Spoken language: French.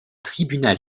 tribunal